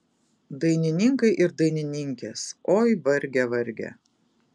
dainininkai ir dainininkės oi varge varge